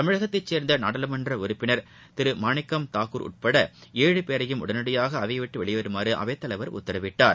தமிழகத்தை சேர்ந்த நாடாளுமன்ற உறுப்பினர் திரு மாணிக்கம் தாக்கூர் உட்பட ஏழு பேரையும் உடனடியாக அவையை விட்டு வெளியேறுமாறு அவைத்தலைவர் உத்தரவிட்டார்